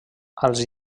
als